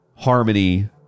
Harmony